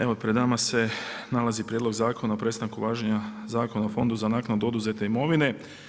Evo pred nama se nalazi Prijedlog zakona o prestanku važenja Zakona o Fondu za naknadu oduzete imovine.